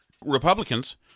Republicans